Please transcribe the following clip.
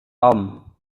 tom